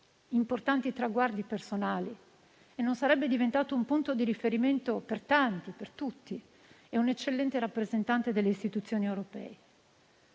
importanti traguardi personali e non sarebbe diventato un punto di riferimento per tanti, per tutti, e un eccellente rappresentante delle istituzioni europee.